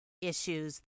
issues